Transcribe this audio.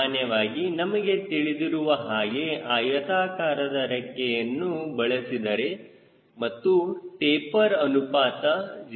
ಸಾಮಾನ್ಯವಾಗಿ ನಮಗೆ ತಿಳಿದಿರುವ ಹಾಗೆ ಆಯತಾಕಾರದ ರೆಕ್ಕೆಯನ್ನು ಬಳಸಿದರೆ ಮತ್ತು ಟೆಪರ್ ಅನುಪಾತ 0